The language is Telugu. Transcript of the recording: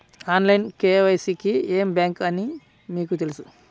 ఆన్లైన్ కే.వై.సి కి ఏ బ్యాంక్ అని మీకు తెలుసా?